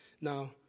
Now